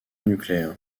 nucléaire